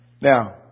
Now